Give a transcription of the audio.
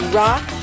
rock